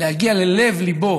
להגיע ללב-ליבו